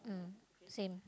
mm same